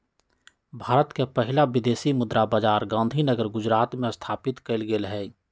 भारत के पहिला विदेशी मुद्रा बाजार गांधीनगर गुजरात में स्थापित कएल गेल हइ